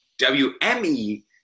WME